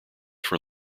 from